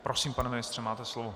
Prosím, pane ministře, máte slovo.